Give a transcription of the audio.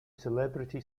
celebrity